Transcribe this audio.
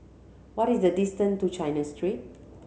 what is the distance to China Street